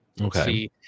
okay